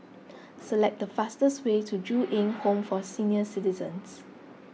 select the fastest way to Ju Eng Home for Senior Citizens